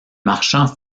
marchands